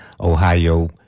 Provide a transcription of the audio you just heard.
Ohio